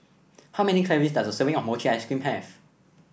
how many calories does a serving of Mochi Ice Cream have